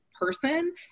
person